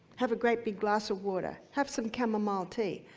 have a great big glass of water. have some camomile tea.